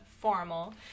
formal